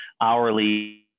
hourly